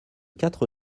quatre